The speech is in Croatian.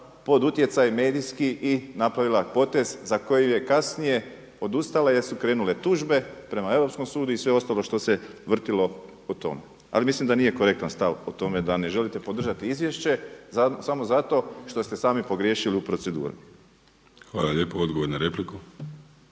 pod utjecaj medijski i napravila potez za koji je kasnije odustala jer su krenule tužbe prema Europskom sudu i sve ostalo što se vrtilo o tome. Ali mislim da nije korektan stav o tome da ne želite podržati izvješće samo zato što ste sami pogriješili u proceduri. **Vrdoljak, Ivan (HNS)**